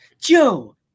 Joe